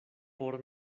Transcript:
por